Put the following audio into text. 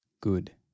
Good